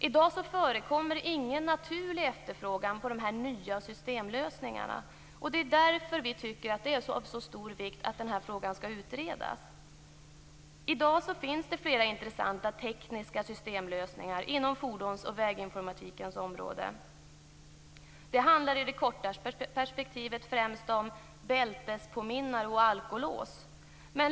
I dag förekommer ingen naturlig efterfrågan på de nya systemlösningarna. Därför tycker vi att det är av stor vikt att frågan utreds. I dag finns det flera intressanta tekniska systemlösningar inom fordons och väginformatikens område. Det handlar i det korta perspektivet främst om bältespåminnare och alkolås.